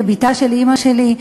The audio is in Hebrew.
כבתה של אימא שלי,